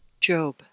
Job